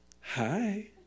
Hi